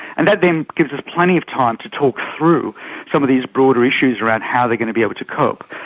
and that then gives us plenty of time to talk through some of these broader issues around how they are going to be able to cope.